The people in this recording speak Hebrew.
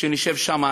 נשב שם,